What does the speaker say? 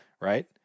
Right